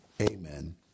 amen